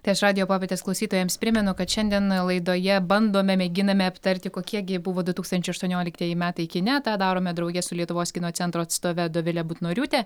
tai aš radijo popietės klausytojams primenu kad šiandien laidoje bandome mėginame aptarti kokie gi buvo du tūkstančiai aštuonioliktieji metai kine tą darome drauge su lietuvos kino centro atstove dovile butnoriūte